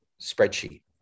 spreadsheet